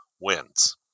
wins